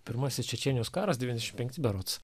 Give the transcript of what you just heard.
pirmasis čečėnijos karas devyniasdešim penkti berods